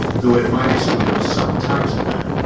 though it might exclude some types of them.